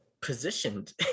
positioned